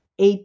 AP